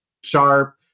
sharp